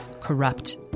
corrupt